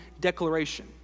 declaration